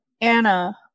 Anna